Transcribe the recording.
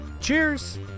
Cheers